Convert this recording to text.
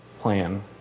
plan